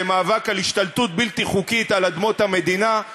זה מאבק של השתלטות בלתי חוקית על אדמות המדינה,